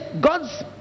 God's